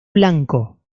blanco